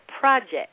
Project